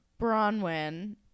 Bronwyn